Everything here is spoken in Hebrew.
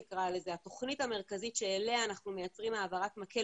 התוכנית המרכזית שאליה אנחנו מייצרים העברת מקל